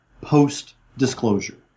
post-disclosure